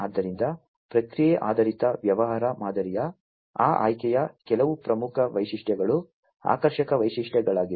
ಆದ್ದರಿಂದ ಪ್ರಕ್ರಿಯೆ ಆಧಾರಿತ ವ್ಯವಹಾರ ಮಾದರಿಯ ಆ ಆಯ್ಕೆಯ ಕೆಲವು ಪ್ರಮುಖ ವೈಶಿಷ್ಟ್ಯಗಳು ಆಕರ್ಷಕ ವೈಶಿಷ್ಟ್ಯಗಳಾಗಿವೆ